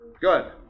Good